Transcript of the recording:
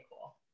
cool